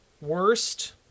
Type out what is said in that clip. worst